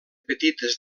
petites